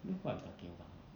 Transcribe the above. you know what I'm talking about